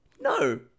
No